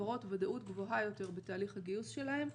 לחברות ודאות גבוהה יותר בתהליך הגיוס שלהן.